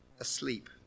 asleep